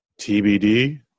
TBD